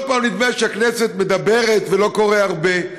לא פעם נדמה שהכנסת מדברת ולא קורה הרבה,